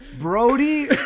Brody